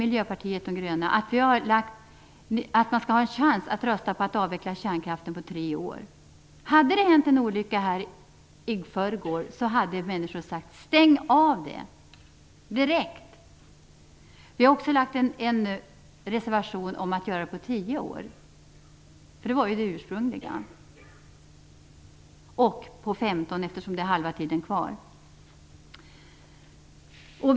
Miljöpartiet de gröna vill att man skall ha en chans att rösta för en avveckling av kärnkraften på tre år. Hade det hänt en olycka här i förrgår, så hade människor sagt: Stäng reaktorerna direkt! Vi har också avgett en reservation om en avveckling på tio år - det var ju det ursprungliga förslaget - och på 15 år, eftersom halva tiden återstår.